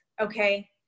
Okay